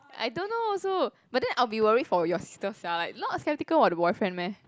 I don't know also but then I'll be worry for your sister sia like not sceptical about the boyfriend meh